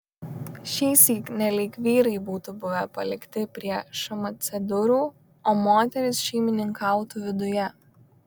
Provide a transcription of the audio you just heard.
šįsyk nelyg vyrai būtų buvę palikti prie šmc durų o moterys šeimininkautų viduje